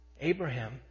Abraham